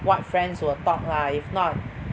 what friends will talk lah if not